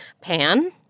Pan